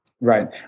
Right